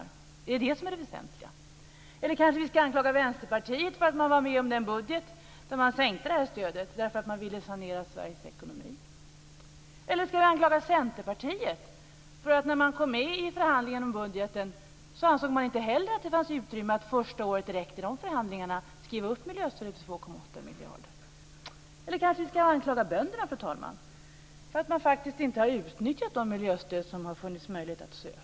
Är det detta som är det väsentliga? Eller kanske vi ska anklaga Vänsterpartiet för att de var med om den budget där det här stödet sänktes därför att det fanns en vilja att sanera Sveriges ekonomi. Eller ska vi anklaga Centerpartiet för att man, när man kom med i förhandlingarna om budgeten, inte heller ansåg att det fanns utrymme att första året direkt i förhandlingarna skriva upp miljöstödet till 2,8 miljarder? Eller kanske vi ska anklaga bönderna, fru talman, för att de faktiskt inte har utnyttjat de miljöstöd som har funnits möjlighet att söka.